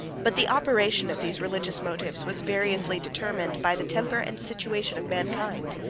but the operation of these religious motives was variously determined by the temper and situation of mankind.